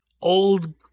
old